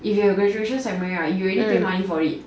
if you have graduation ceremony right you already pay money for it